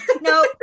No